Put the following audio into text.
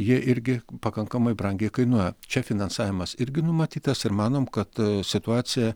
jie irgi pakankamai brangiai kainuoja čia finansavimas irgi numatytas ir manom kad situacija